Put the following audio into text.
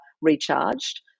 recharged